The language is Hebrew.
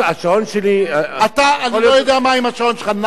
השעון שלי, אני לא יודע מה עם השעון שלך.